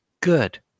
good